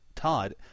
Todd